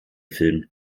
film